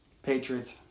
Patriots